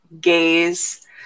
gaze